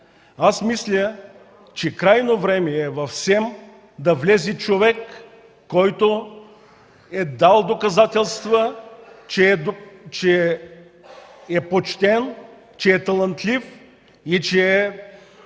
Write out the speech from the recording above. Мисля, че е крайно време в СЕМ да влезе човек, който е дал доказателства, че е почтен, че е талантлив и че е